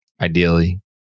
ideally